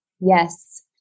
Yes